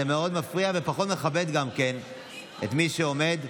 זה מאוד מפריע ופחות מכבד גם את מי שעומד ומשיב.